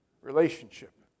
relationship